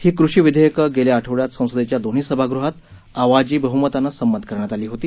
ही कृषी विधेयकं गेल्या आठवड्यात संसदेच्या दोन्ही सभागृहात आवाजी बहुमतानं संमत करण्यात आली होती